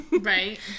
Right